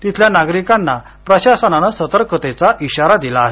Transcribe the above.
तिथल्या नागरिकांना प्रशासनानं सतर्कतेचा इशारा दिला आहे